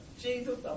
Jesus